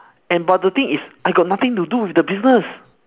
and but the thing is I got nothing to do with the business